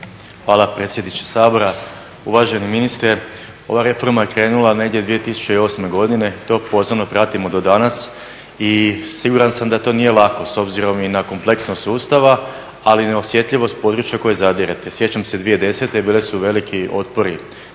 Hvala predsjedniče Sabora. Uvaženi ministre, ova reforma je krenula negdje 2008. godine, to pozorno pratimo do danas i siguran sam da to nije lako, s obzirom i na kompleksnost sustava, ali i na osjetljivost područja koje zadirete. Sjećam se, 2010., bili su veliki otpori